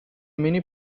mini